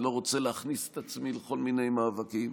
אני לא רוצה להכניס את עצמי לכל מיני מאבקים,